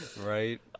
right